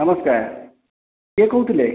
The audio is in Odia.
ନମସ୍କାର କିଏ କହୁଥିଲେ